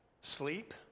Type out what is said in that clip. sleep